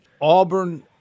Auburn